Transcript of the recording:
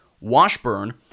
Washburn